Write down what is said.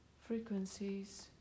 frequencies